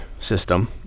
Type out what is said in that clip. system